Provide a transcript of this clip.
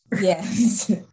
yes